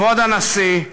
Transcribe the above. כבוד הנשיא,